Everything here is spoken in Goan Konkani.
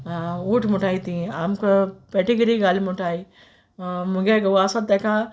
उठ म्हुठाय तीं आमक पॅडीग्री घाल म्हुटाय म्हुगे घोव आसोत तेका